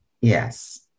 Yes